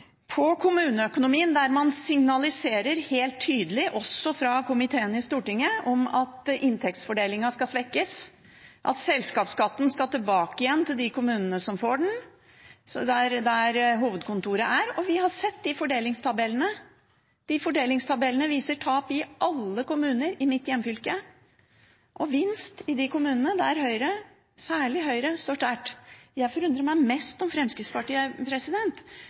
på kommuneøkonomien, der man signaliserer helt tydelig – også fra komiteen i Stortinget – at inntektsfordelingen skal svekkes, og at selskapsskatten skal tilbake igjen til de kommunene som får den, der hovedkontoret er. Vi har sett de fordelingstabellene. De viser tap i alle kommuner i mitt hjemfylke, og vinst i de kommunene der særlig Høyre står sterkt. Jeg forundrer meg mest over Fremskrittspartiet,